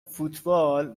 فوتبال